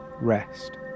rest